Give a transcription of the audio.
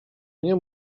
nie